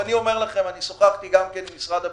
אני אומר לכם, אני שוחחתי גם עם משרד הביטחון,